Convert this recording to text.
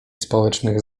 społecznych